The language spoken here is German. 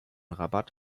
rabat